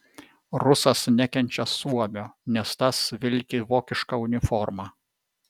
rusas nekenčia suomio nes tas vilki vokišką uniformą